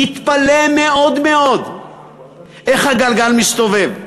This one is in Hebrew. יתפלא מאוד מאוד איך הגלגל מסתובב,